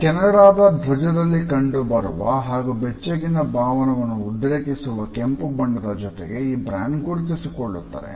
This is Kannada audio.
ಕೆನಡಾದ ಧ್ವಜದಲ್ಲಿ ಕಂಡುಬರುವ ಹಾಗೂ ಬೆಚ್ಚಗಿನ ಭಾವವನ್ನು ಉದ್ರೇಕಿಸುವ ಕೆಂಪು ಬಣ್ಣದ ಜೊತೆಗೆ ಈ ಬ್ರಾಂಡ್ ಗುರುತಿಸಿಕೊಳ್ಳುತ್ತದೆ